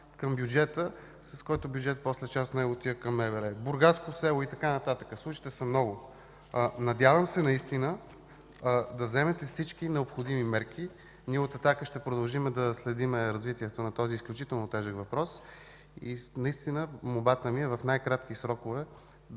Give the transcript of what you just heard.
към бюджета, част от който след това отива към МВР. Бургаско село и така нататък – случаите са много. Надявам се наистина да вземете всички необходими мерки. Ние от „Атака” ще продължим да следим развитието на този изключително тежък въпрос. Наистина молбата ми е в най-кратки срокове да